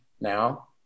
now